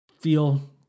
feel